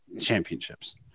Championships